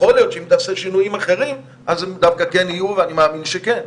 יכול להיות שאם תעשה שינויים אחרים אז הם דווקא כן יהיו ואני מאמין שכן,